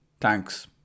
Thanks